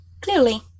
Clearly